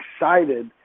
excited